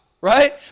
right